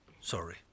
Sorry